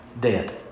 dead